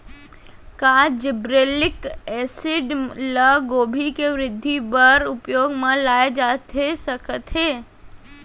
का gibberellic acid ल गोभी के वृद्धि बर उपयोग म लाये जाथे सकत हे?